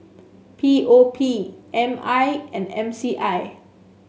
P O P M I and M C I